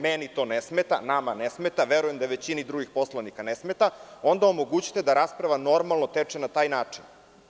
Meni to ne smeta, nama ne smeta, a verujem da većini drugih poslanika ne smeta, ali onda omogućite da rasprava normalno teče na taj način.